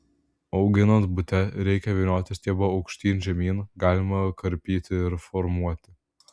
auginant bute reikia vynioti stiebą aukštyn žemyn galima karpyti ir formuoti